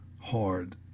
hard